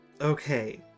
okay